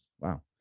Wow